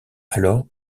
alors